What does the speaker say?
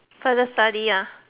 further study ah